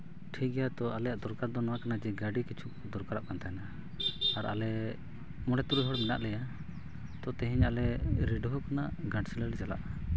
ᱴᱷᱤᱠ ᱜᱮᱭᱟ ᱛᱚ ᱟᱞᱮᱭᱟᱜ ᱫᱚᱨᱠᱟᱨ ᱫᱚ ᱱᱚᱣᱟ ᱠᱟᱱᱟ ᱡᱮ ᱜᱟᱹᱰᱤ ᱠᱤᱪᱷᱩ ᱫᱚᱨᱠᱟᱨᱚᱜ ᱠᱟᱱ ᱛᱟᱦᱮᱱᱟ ᱟᱨ ᱟᱞᱮ ᱢᱚᱬᱮ ᱛᱩᱨᱩᱭ ᱦᱚᱲ ᱢᱮᱱᱟᱜ ᱞᱮᱭᱟ ᱛᱚ ᱛᱮᱦᱮᱧ ᱟᱞᱮ ᱢᱚᱬᱮ ᱛᱩᱨᱩᱭ ᱦᱚᱲ ᱢᱮᱱᱟᱜ ᱞᱮᱭᱟ ᱛᱚ ᱛᱮᱦᱮᱧ ᱟᱞᱮ ᱨᱤᱰᱦᱟᱹᱣ ᱠᱷᱚᱱᱟᱜ ᱜᱷᱟᱴᱥᱤᱞᱟᱹ ᱞᱮ ᱪᱟᱞᱟᱜᱼᱟ